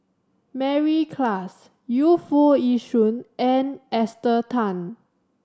Mary Klass Yu Foo Yee Shoon and Esther Tan